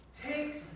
takes